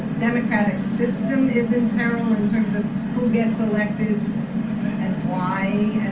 democratic system is in peril in terms of who gets elected and why.